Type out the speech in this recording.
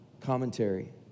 commentary